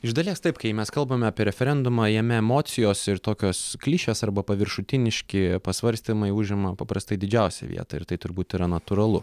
iš dalies taip kai mes kalbam apie referendumą jame emocijos ir tokios klišės arba paviršutiniški pasvarstymai užima paprastai didžiausią vietą ir tai turbūt yra natūralu